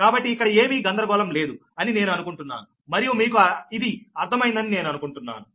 కాబట్టి ఇక్కడ ఏమి గందరగోళం లేదు అని నేను అనుకుంటున్నాను మరియు మీకు ఇది అర్థం అయింది అని నేను అనుకుంటున్నాను